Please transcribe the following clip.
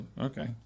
Okay